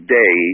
day